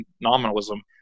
nominalism